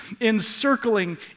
encircling